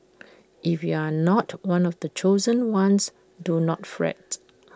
if you are not one of the chosen ones do not fret